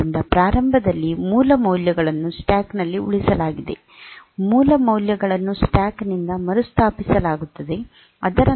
ಆದ್ದರಿಂದ ಪ್ರಾರಂಭದಲ್ಲಿ ಮೂಲ ಮೌಲ್ಯಗಳನ್ನು ಸ್ಟ್ಯಾಕ್ ನಲ್ಲಿ ಉಳಿಸಲಾಗಿದೆ ಮೂಲ ಮೌಲ್ಯಗಳನ್ನು ಸ್ಟ್ಯಾಕ್ ನಿಂದ ಮರುಸ್ಥಾಪಿಸಲಾಗುತ್ತದೆ